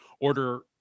order